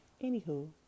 Anywho